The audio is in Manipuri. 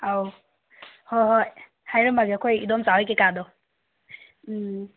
ꯑꯧ ꯍꯣꯏ ꯍꯣꯏ ꯍꯥꯏꯔꯝꯃꯒꯦ ꯑꯩꯈꯣꯏ ꯏꯗꯣꯝꯆꯥ ꯍꯣꯏ ꯀꯩꯀꯥꯗꯣ ꯎꯝ